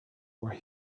where